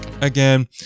again